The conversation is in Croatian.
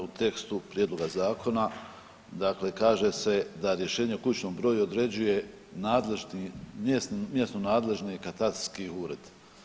U tekstu prijedloga zakona dakle kaže se da rješenje o kućnom broju određuje mjesno nadležni katastarski ured.